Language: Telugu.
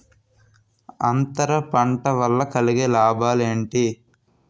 అంతర పంట వల్ల కలిగే లాభాలు ఏంటి